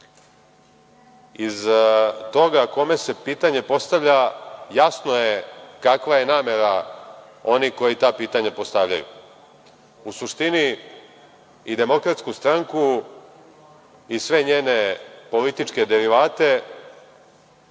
toga kome se pitanje postavlja, jasno je kakva je namera onih koji ta pitanja postavljaju. U suštini, i DS i sve njene političke derivate